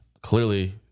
clearly